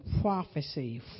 prophecy